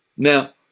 Now